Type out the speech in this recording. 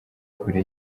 kure